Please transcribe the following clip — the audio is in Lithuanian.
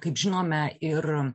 kaip žinome ir